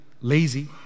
lazy